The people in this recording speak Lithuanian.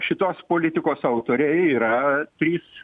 šitos politikos autoriai yra trys